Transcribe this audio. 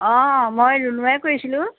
অঁ মই ৰুণুৱে কৈছিলোঁ